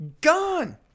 gone